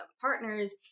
partners